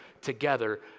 together